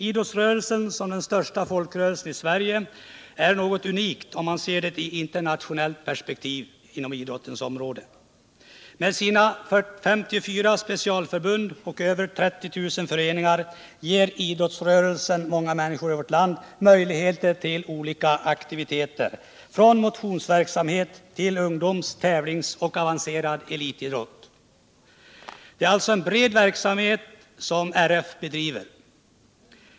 Idrottsrörelsen som den största folkrörelsen i Sverige är något unikt, om man ser den i internationellt perspektiv inom idrottens område. Med sina 54 specialförbund och över 30 000 föreningar ger idrottsrörelsen många människor i vårt land möjligheter till olika aktiviteter, från motionsverksamhet till ungdoms-, tävlingsoch avancerad elitidrott. Det är alltså en bred verksamhet som RF bedriver.